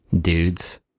dudes